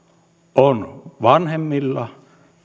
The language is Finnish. on vanhemmilla